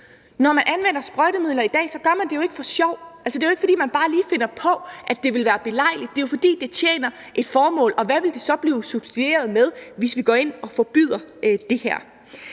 Når man anvender sprøjtemidler i dag, gør man det jo ikke for sjov. Altså, det er jo ikke, fordi man bare lige finder på, at det vil være belejligt, men det er jo, fordi det tjener et formål, og hvad vil det så blive substitueret med, hvis vi går ind og forbyder det her?